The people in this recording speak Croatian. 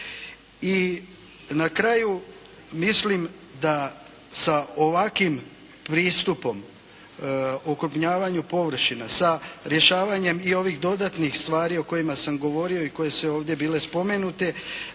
I na kraju, mislim da sa ovakvim pristupom okrupnjavanju površina sa rješavanjem i ovih dodatnih stvari o kojima sam govorio i koje su ovdje bile spomenute,